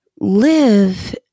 live